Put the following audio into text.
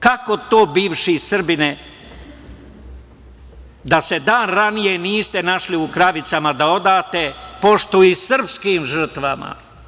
Kako to bivši Srbine da se dan ranije niste našli u Kravicama da odate poštu i srpskim žrtvama?